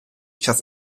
час